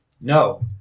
No